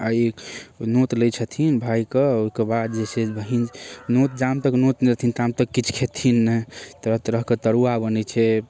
आ ई नोत लै छथिन भायके ओहिकेबाद जे छै बहिन नोत जा तक नोत नहि लेथिन ता तक खेथिन नहि तरह तरहके तरुआ बनै छै